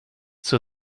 zur